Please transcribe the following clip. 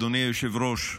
אדוני היושב-ראש,